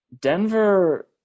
Denver